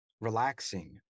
relaxing